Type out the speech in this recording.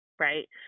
Right